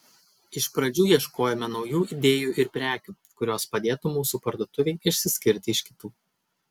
iš pradžių ieškojome naujų idėjų ir prekių kurios padėtų mūsų parduotuvei išsiskirti iš kitų